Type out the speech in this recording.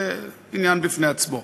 זה עניין בפני עצמו.